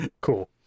Cool